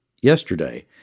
yesterday